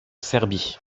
serbie